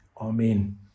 Amen